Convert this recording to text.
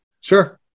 Sure